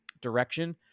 direction